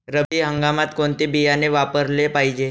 रब्बी हंगामात कोणते बियाणे वापरले पाहिजे?